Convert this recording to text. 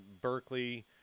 Berkeley